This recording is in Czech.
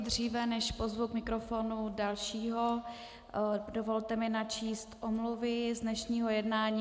Dříve, než pozvu k mikrofonu dalšího, dovolte mi načíst omluvy z dnešního jednání.